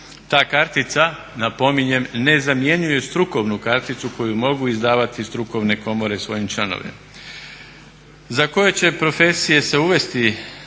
Ta kartica napominjem ne zamjenjuje strukovnu karticu koju mogu izdavati strukovne komore svojim članovima. Za koje će profesije se uvesti